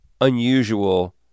unusual